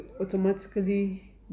automatically